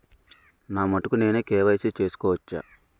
నా మటుకు నేనే కే.వై.సీ చేసుకోవచ్చా?